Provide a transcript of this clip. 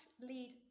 lead